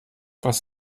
was